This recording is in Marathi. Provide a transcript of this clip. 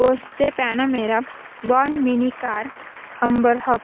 पोसचे प्यानामेरा बॉन मिनि कार हंबर ह